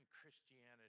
Christianity